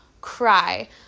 cry